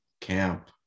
camp